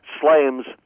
Slams